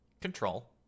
Control